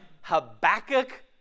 Habakkuk